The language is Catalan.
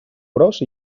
gros